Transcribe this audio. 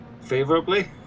favorably